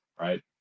right